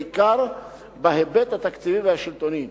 בעיקר בהיבט התקציבי והשלטוני.